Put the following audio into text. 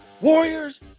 warriors